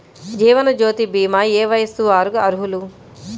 జీవనజ్యోతి భీమా ఏ వయస్సు వారు అర్హులు?